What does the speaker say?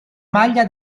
maglia